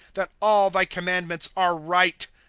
that all thy commandments are right.